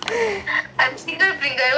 I am single pringle what do you want me to say